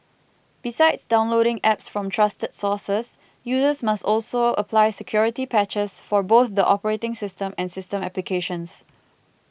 besides downloading apps from trusted sources users must also apply security patches for both the operating system and system applications